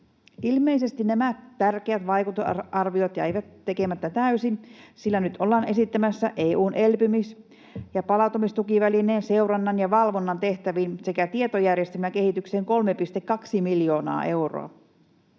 Ilmeisesti nämä tärkeät vaikutusarviot jäivät tekemättä täysin, sillä nyt ollaan esittämässä EU:n elpymis- ja palautumistukivälineen seurannan ja valvonnan tehtäviin sekä tietojärjestelmän kehitykseen 3,2 miljoonaa euroa.